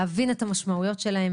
להבין את המשמעויות שלהן,